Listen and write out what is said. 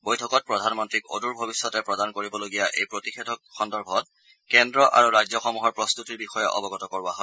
বৈঠকত প্ৰধানমন্ত্ৰীক অদূৰ ভৱিষ্যতে প্ৰদান কৰিবলগীয়া এই প্ৰতিষেধক সন্দৰ্ভত কেন্দ্ৰ আৰু ৰাজ্যসমূহৰ প্ৰস্তুতিৰ বিষয়ে অৱগত কৰোৱা হয়